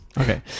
Okay